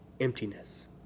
emptiness